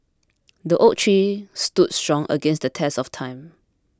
the oak tree stood strong against the test of time